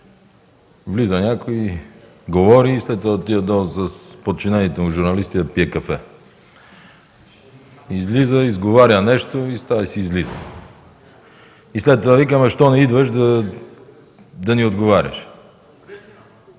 влиза някой, говори и след това отива с подчинените му журналисти да пие кафе. Излиза, изговаря нещо, става и си излиза. След това казва: „ Защо не идваш да ни отговаряш?”